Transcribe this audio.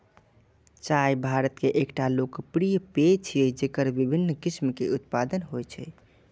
चाय भारत के एकटा लोकप्रिय पेय छियै, जेकर विभिन्न किस्म के उत्पादन होइ छै